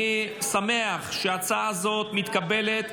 אני שמח שההצעה הזאת מתקבלת.